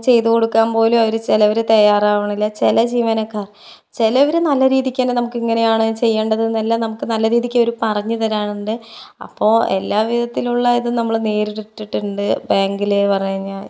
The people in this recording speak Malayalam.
ചെയ്ത് കൊടുക്കാൻ പോലും അവര് ചിലവര് തയ്യാറാവണില്ല ചില ജീവനക്കാർ ചിലവര് നല്ല രീതിക്ക് തന്നെ നമുക്ക് ഇങ്ങനെയാണ് ചെയ്യണ്ടതെന്നെല്ലാം നമുക്ക് നല്ല രീതിക്ക് അവര് പറഞ്ഞ് തരാറുണ്ട് അപ്പോൾ എല്ലാ വിധത്തിലുള്ള ഇതും നമ്മള് നേരിട്ടിട്ടുണ്ട് ബാങ്കില് പറഞ്ഞ് കഴിഞ്ഞാൽ